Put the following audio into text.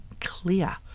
clear